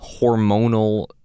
hormonal